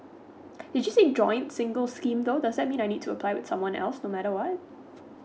is this a joint single scheme though does that mean I need to apply with someone else no matter what